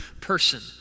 person